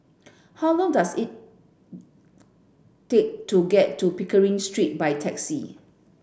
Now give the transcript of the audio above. how long does it take to get to Pickering Street by taxi